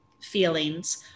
feelings